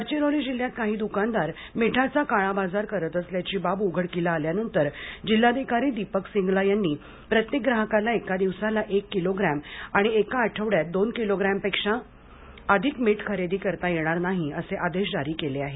गडचिरोली जिल्ह्यात काही दुकानदार मीठाचा काळाबाजार करीत असल्याची बाब उघडकीस आल्यानंतर जिल्हाधिकारी दीपक सिंगला यांनी प्रत्येक ग्राहकाला एका दिवसाला एक किलोग्रॅम आणि एका आठवड्यात दोन किलोग्रॅपपेक्षा अधिक मीठ खरेदी करता येणार नाही असे आदेश जारी केले आहेत